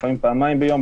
לפעמים פעמיים ביום.